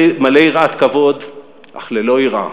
מלא יראת כבוד, אך ללא יראה.